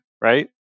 right